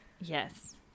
Yes